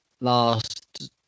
Last